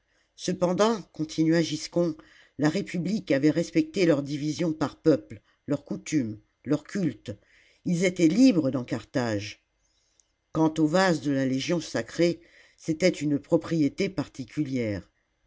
cependant continua giscon la république avait respecté leurs divisions par peuples leurs coutumes leurs cultes ils étaient libres dans lo salammbo carthage quant aux vases de la légion sacrée c'était une propriété particulière